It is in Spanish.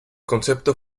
concepto